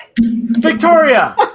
Victoria